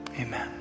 Amen